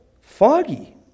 foggy